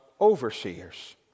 overseers